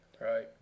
Right